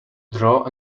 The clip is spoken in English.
draw